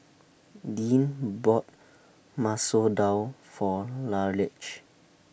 Deane bought Masoor Dal For Raleigh